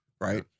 right